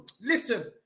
Listen